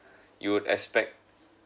you expect